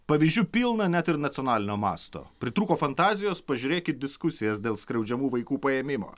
pavyzdžių pilna net ir nacionalinio masto pritrūko fantazijos pažiūrėkit diskusijas dėl skriaudžiamų vaikų paėmimo